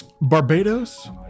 barbados